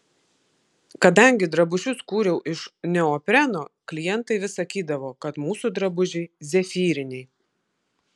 kadangi drabužius kūriau iš neopreno klientai vis sakydavo kad mūsų drabužiai zefyriniai